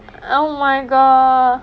oh my god